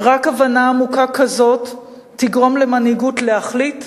רק הבנה עמוקה כזאת תגרום למנהיגות להחליט